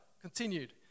continued